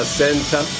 center